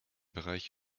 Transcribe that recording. bereich